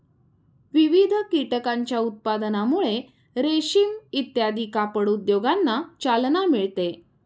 विविध कीटकांच्या उत्पादनामुळे रेशीम इत्यादी कापड उद्योगांना चालना मिळते